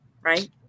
Right